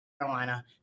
Carolina